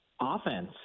offense